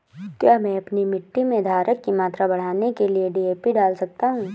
क्या मैं अपनी मिट्टी में धारण की मात्रा बढ़ाने के लिए डी.ए.पी डाल सकता हूँ?